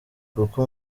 kuko